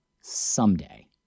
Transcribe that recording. someday